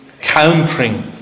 countering